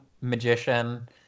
magician